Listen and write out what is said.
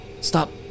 Stop